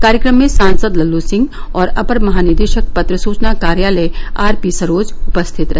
कार्यक्रम में सांसद लल्लू सिंह और अपर महानिदेशक पत्र सूचना कार्यालय आर पी सरोज उपस्थित रहे